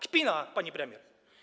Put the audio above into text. Kpina, pani premier.